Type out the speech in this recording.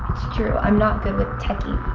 true, i'm not good with techie